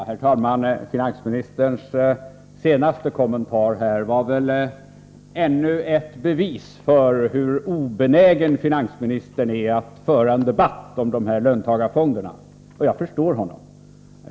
Herr talman! Finansministerns senaste kommentar var väl ännu ett bevis på hur obenägen finansministern är att föra en debatt om löntagarfonderna. Jag förstår honom.